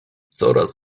coraz